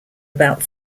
about